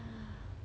checked